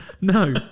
No